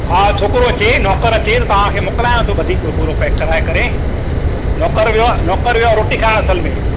हा छोकिरो अचे नौकर अचे त तव्हांखे मोकिलियांव थो ॿधी पूरो पैक कराए करे नौकर वियो आहे नौकर वियो आहे रोटी खाइण असल में